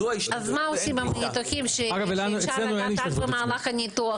אז מה עושים עם ניתוחים שאפשר לדעת רק במהלך הניתוח?